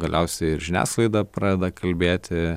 galiausiai ir žiniasklaida pradeda kalbėti